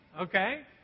okay